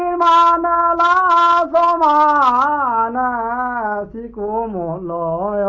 um la la la la la ah la la la